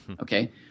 okay